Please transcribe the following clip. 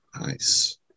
Nice